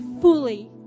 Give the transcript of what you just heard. fully